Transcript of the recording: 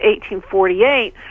1848